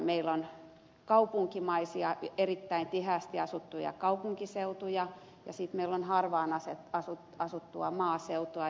meillä on kaupunkimaisia erittäin tiheästi asuttuja kaupunkiseutuja ja sitten meillä on harvaanasuttua maaseutua